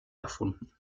erfunden